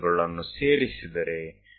આ P1 P2 P3 અને P4 એ C થી થઈને છે